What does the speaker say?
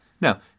Now